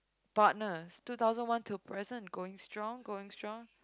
partners two thousand one till present going strong going strong